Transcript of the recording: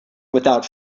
without